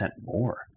more